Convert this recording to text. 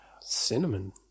Cinnamon